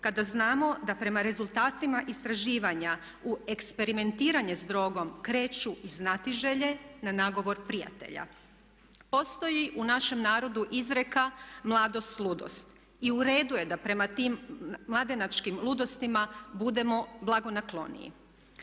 kada znamo da prema rezultatima istraživanja u eksperimentiranje s drogom kreću iz znatiželje na nagovor prijatelja. Postoji u našem narodu izreka mladost, ludost i u redu je da prema tim mladenačkim ludostima budemo blago nakloniji.